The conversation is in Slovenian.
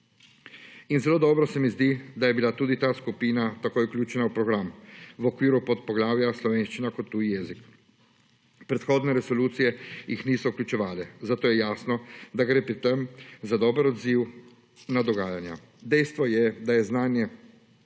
In zelo dobro se mi zdi, da je bila tudi ta skupina takoj vključena v program, v okviru podpoglavja slovenščina kot tuji jezik. Predhodne resolucije jih niso vključevale, zato je jasno, da gre pri tem za dober odziv na dogajanja. Dejstvo je, da je znanje tako